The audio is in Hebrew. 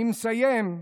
אני מסיים.